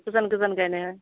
गोजान गोजान गायनाया